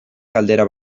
galdera